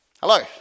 Hello